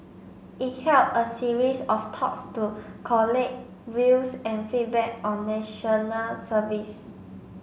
it held a series of talks to collate views and feedback on National Service